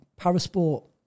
Parasport